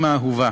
אימא אהובה,